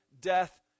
death